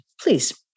Please